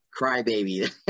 crybaby